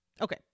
Okay